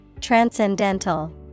Transcendental